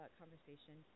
conversation